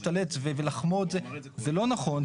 ולהשתלט ולחמוד, זה לא נכון.